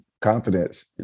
confidence